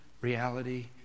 reality